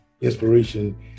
Inspiration